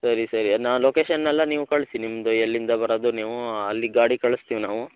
ಸರಿ ಸರಿ ನಾ ಲೊಕೇಶನ್ ಎಲ್ಲ ನೀವು ಕಳಿಸಿ ನಿಮ್ದು ಎಲ್ಲಿಂದ ಬರೋದು ನೀವು ಅಲ್ಲಿಗೆ ಗಾಡಿ ಕಳಿಸ್ತೀವಿ ನಾವು